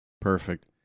perfect